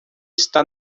está